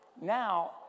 Now